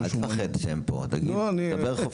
--- אל תפחד מזה שהם פה; תדבר חופשי.